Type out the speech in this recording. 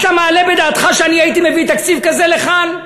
אתה מעלה בדעתך שהייתי מביא תקציב כזה לכאן?